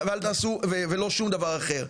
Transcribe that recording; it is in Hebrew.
ולא שום דבר אחר.